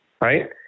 Right